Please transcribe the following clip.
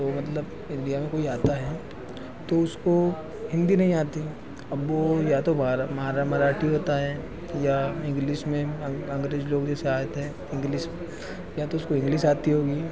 तो मतलब इंडिया में कोई आता है तो उसको हिन्दी नहीं आती अब वे या तो मारा मराठी होता है या इंग्लिश में अं अंग्रेज़ लोग जैसे आते हैं इंग्लिस या तो इंग्लिश आती होगी